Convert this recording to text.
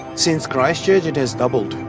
since christchurch it has doubled.